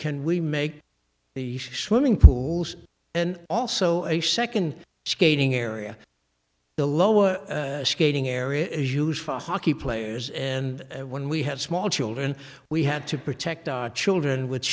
can we make the showing pools and also a second skating area the lower skating area is used for hockey players and when we had small children we had to protect our children w